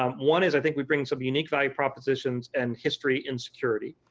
um one is i think we bring some unique value propositions, and history, and security.